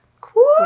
Cool